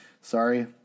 Sorry